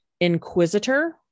Inquisitor